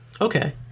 Okay